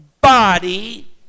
body